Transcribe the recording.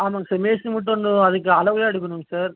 ஆமாங்க சார் மேஸ்திரி மட்டும் வந்து அதுக்கு அளவு எடுக்கணுங்க சார்